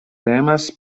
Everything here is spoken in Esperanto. temas